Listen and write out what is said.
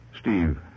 Steve